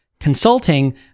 consulting